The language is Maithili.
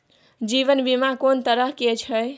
जीवन बीमा कोन तरह के छै?